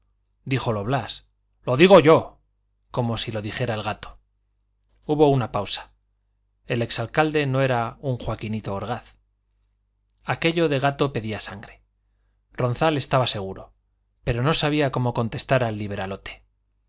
díjolo blas lo digo yo como si lo dijera el gato hubo una pausa el ex alcalde no era un joaquinito orgaz aquello de gato pedía sangre ronzal estaba seguro pero no sabía cómo contestar al liberalote